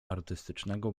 artystycznego